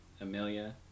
Amelia